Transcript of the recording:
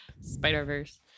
Spider-Verse